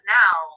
now